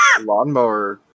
Lawnmower